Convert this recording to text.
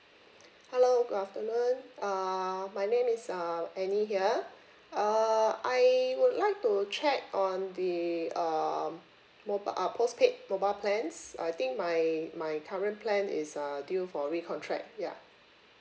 hello good afternoon err my name is uh annie here uh I would like to check on the um mobile uh postpaid mobile plans I think my my current plan is uh due for recontract ya